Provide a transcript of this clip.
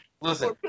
Listen